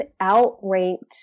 outranked